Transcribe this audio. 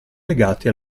legati